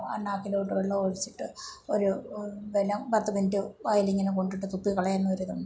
അണ്ണാക്കിലോട്ട് വെള്ളം ഒഴിച്ചിട്ട് ഒരു പിന്നെ പത്ത് മിനിറ്റ് വായിലിങ്ങനെ കൊണ്ടിട്ട് തുപ്പി കളയുന്ന ഒരിതുണ്ട്